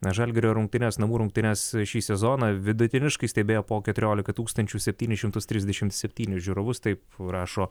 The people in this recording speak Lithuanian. žalgirio rungtynes namų rungtynes šį sezoną vidutiniškai stebėjo po keturiolika tūkstančių septynis šimtus trisdešim septynis žiūrovus taip rašo